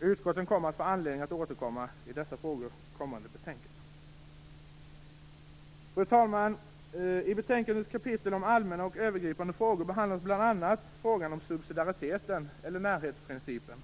Utskottet får anledning att återkomma till dessa frågor i kommande betänkanden. Fru talman! I betänkandets kapitel om allmänna och övergripande frågor behandlas bl.a. frågan om subsidiariteten, närhetsprincipen.